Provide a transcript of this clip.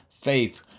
faith